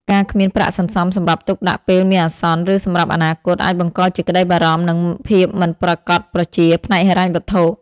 ការគ្មានប្រាក់សន្សំសម្រាប់ទុកដាក់ពេលមានអាសន្ន ឬសម្រាប់អនាគត អាចបង្កជាក្តីបារម្ភ និងភាពមិនប្រាកដប្រជាផ្នែកហិរញ្ញវត្ថុ។